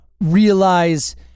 realize